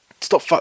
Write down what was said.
stop